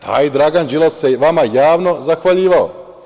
Taj Dragan Đilas se vama javno zahvaljivao.